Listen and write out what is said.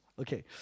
Okay